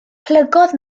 plygodd